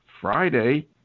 Friday